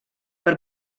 per